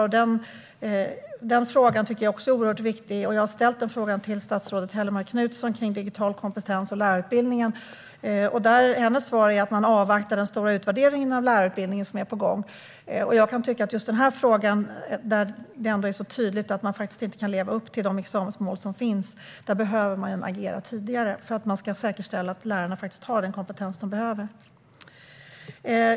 Jag tycker att den frågan är oerhört viktig. Jag ställde en fråga om digital kompetens och lärarutbildning till statsrådet Hellmark Knutsson, och hennes svar är att man avvaktar den stora utvärdering av lärarutbildningen som är på gång. Jag kan tycka att man i just den här frågan, där det är tydligt att man inte kan leva upp till de examensmål som finns, behöver agera tidigare för att säkerställa att lärarna har den kompetens som de behöver.